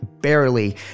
Barely